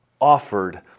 offered